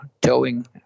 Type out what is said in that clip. towing